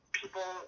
people